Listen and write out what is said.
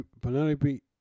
Penelope